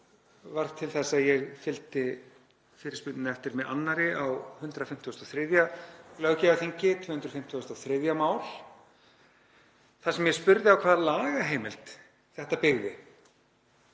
varð til þess að ég fylgdi fyrirspurninni eftir með annarri á 153. löggjafarþingi, 253. mál, þar sem ég spurði á hvaða lagaheimild þetta byggði.